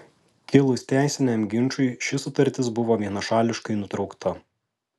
kilus teisiniam ginčui ši sutartis buvo vienašališkai nutraukta